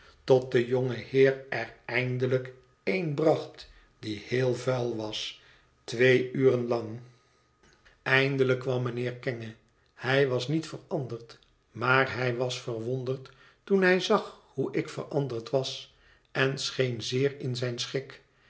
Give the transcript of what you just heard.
tot de jonge heer er eindelijk een bracht die heel vuil was twee uren lang eindelijk kwam mijnheer kenge hij was niet veranderd maar hij was verwonderd toen hij zag hoe ik veranderd was en scheen zeer in zijn schik